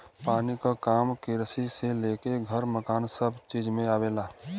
पानी क काम किरसी से लेके घर मकान सभ चीज में आवेला